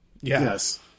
Yes